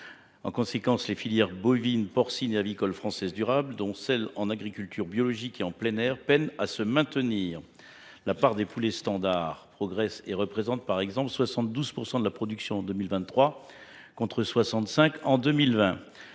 En conséquence, les filières bovine, porcine et avicole françaises durables, notamment celles en agriculture biologique et en plein air, peinent à se maintenir. La part des poulets standards progresse : elle représentait 72 % de la production en 2023, contre 65 % en 2020.